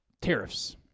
Tariffs